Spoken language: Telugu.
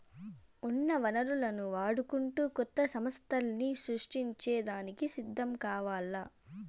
ఉన్న వనరులను వాడుకుంటూ కొత్త సమస్థల్ని సృష్టించే దానికి సిద్ధం కావాల్ల